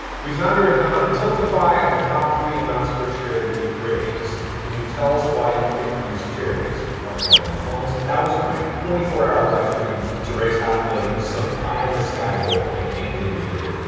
we found your account on tiltify and the top three amounts for charity raised. can you tell us why you picked these charities? markiplier's youth homeless. that was my twenty four hour livestream. to raise half a million. it was some pie in the sky goal. i can't believe we did it.